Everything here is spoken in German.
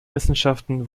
wissenschaften